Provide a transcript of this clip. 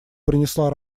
принесла